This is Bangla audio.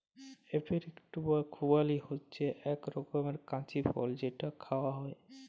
এপিরিকট বা খুবালি হছে ইক রকমের কঁচি ফল যেট খাউয়া হ্যয়